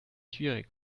schwierig